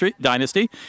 dynasty